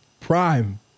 prime